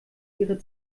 ihre